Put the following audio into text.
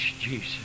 Jesus